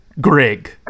Grig